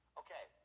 okay